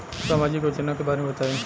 सामाजिक योजना के बारे में बताईं?